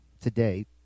today